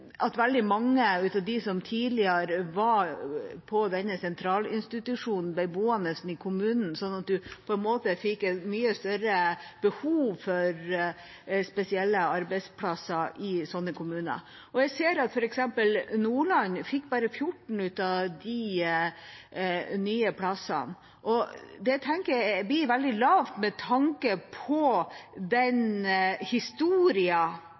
at veldig mange av dem som tidligere var på sentralinstitusjonen, ble boende i kommunen. På den måten fikk man et mye større behov for spesielle arbeidsplasser i slike kommuner. Jeg ser at f.eks. Nordland bare fikk 14 av de nye plassene, og det synes jeg blir veldig lavt med tanke på den